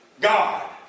God